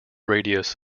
radius